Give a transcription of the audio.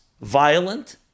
violent